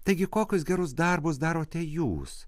taigi kokius gerus darbus darote jūs